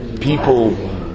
people